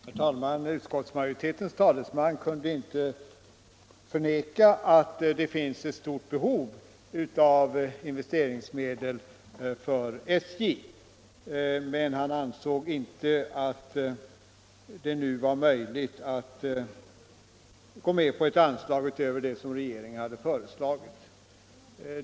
Fru talman! Utskottsmajoritetens talesman kunde inte förneka att det finns ett stort behov av investeringsmedel för SJ, men han ansåg inte att det nu var möjligt att gå med på ett anslag utöver det som regeringen har föreslagit.